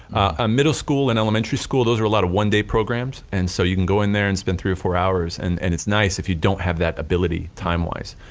ah middle school and elementary school, those are a lot of one day programs and so you can go in there and spend three or four hours and and it's nice if you don't have that ability time wise.